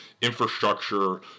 infrastructure